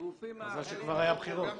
ושהגופים האחרים --- מזל שכבר היו בחירות.